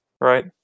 right